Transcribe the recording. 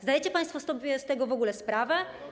Zdajecie państwo sobie z tego w ogóle sprawę?